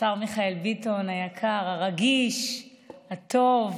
השר מיכאל ביטון, היקר, הרגיש, הטוב,